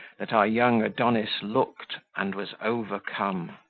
that our young adonis looked, and was overcome.